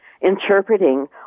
interpreting